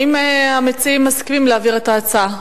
האם המציעים מסכימים להעביר את ההצעה?